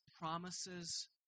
promises